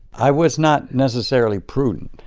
i was not necessarily prudent.